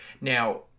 now